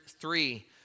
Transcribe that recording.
three